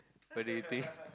what do you think